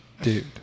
Dude